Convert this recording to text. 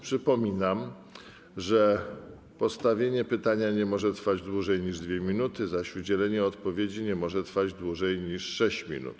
Przypominam, że postawienie pytania nie może trwać dłużej niż 2 minuty, zaś udzielenie odpowiedzi nie może trwać dłużej niż 6 minut.